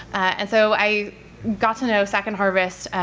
and so i got to know second harvest,